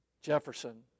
Jefferson